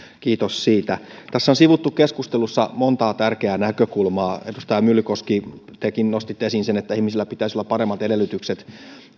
kiitos siitä tässä on sivuttu keskustelussa montaa tärkeää näkökulmaa edustaja myllykoski tekin nostitte esiin sen että ihmisillä pitäisi olla paremmat edellytykset